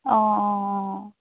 অঁ অঁ